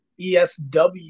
ESW